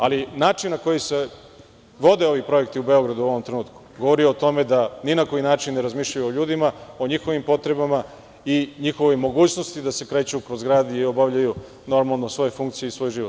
Ali, način na koji se vode ovi projekti u Beogradu u ovom trenutku govori o tome da ni na koji način ne razmišljaju o ljudima, o njihovim potrebama i njihovoj mogućnosti da se kreću po gradu i obavljaju normalno svoje funkcije i svoj život.